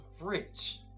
rich